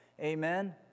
Amen